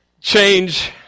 change